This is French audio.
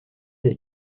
des